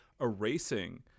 erasing